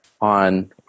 on